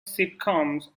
sitcoms